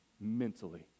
mentally